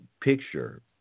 picture